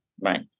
Right